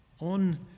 On